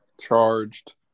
charged